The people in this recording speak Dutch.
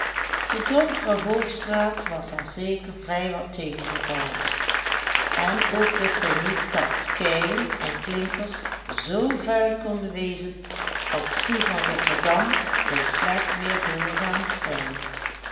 de donkere hoogstraat was haar zeker vrijwat tegengevallen en ook wist zij niet dat keien en klinkers z vuil konden wezen als die van rotterdam bij slecht weer doorgaans zijn